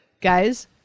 guys